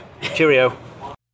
Cheerio